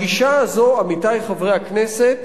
הגישה הזאת, עמיתי חברי הכנסת,